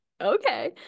okay